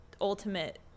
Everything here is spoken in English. ultimate